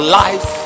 life